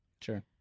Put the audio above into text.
Sure